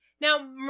Now